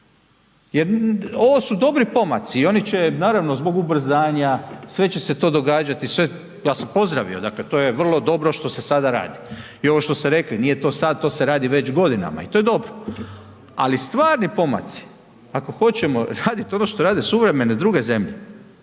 ovo su dobri pomaci i oni će naravno zbog ubrzanja sve će se to događati, sve ja sam pozdravio, dakle to je vrlo dobro što se sada radi i ovo što ste rekli nije to sad to se radi već godinama i to je dobro, ali stvarni pomaci ako hoćemo raditi ono što rade suvremene druge zemlje